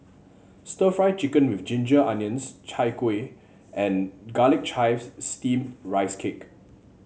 stir Fry Chicken with Ginger Onions Chai Kueh and Garlic Chives Steamed Rice Cake